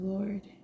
Lord